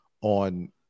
on